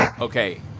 Okay